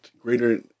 greater